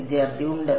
വിദ്യാർത്ഥി ഉണ്ട്